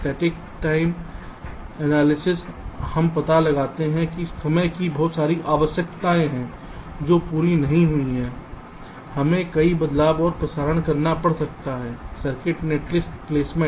स्थैतिक समय विश्लेषण हम पता लगाते हैं कि समय की बहुत सारी आवश्यकताएं हैं जो पूरी नहीं हुई हैं हमें कई बदलाव और प्रसारण करना पड़ सकता है सर्किट नेटलिस्ट प्लेसमेंट